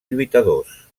lluitadors